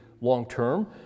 long-term